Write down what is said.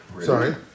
Sorry